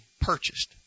purchased